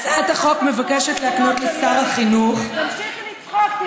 הצעת החוק מבקשת להקנות לשר החינוך, תמשיכי לצחוק.